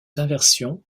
inversions